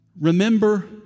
remember